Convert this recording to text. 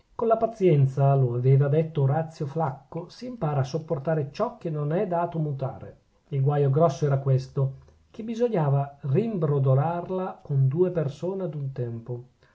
con la pazienza lo ha detto orazio flacco s'impara a sopportare ciò che non è dato mutare il guaio grosso era questo che bisognava rimbrodolarla con due persone ad un tempo